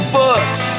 books